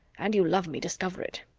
and you love me, discover it.